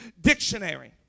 dictionary